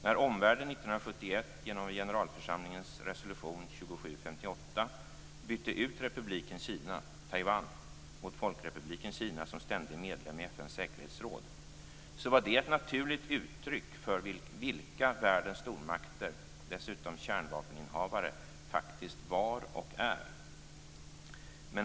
När omvärlden 1971 genom Generalförsamlingens resolution 2758 bytte ut Republiken Kina - Taiwan - mot Folkrepubliken Kina som ständig medlem i FN:s säkerhetsråd var det ett naturligt uttryck för vilka världens stormakter, dessutom kärnvapeninnehavare, faktiskt var och är.